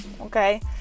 Okay